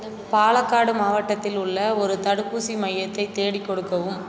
பாலக்காடு மாவட்டத்தில் உள்ள ஒரு தடுப்பூசி மையத்தை தேடிக் கொடுக்கவும்